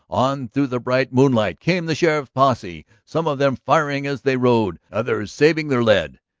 on through the bright moonlight came the sheriff's posse, some of them firing as they rode, others saving their lead.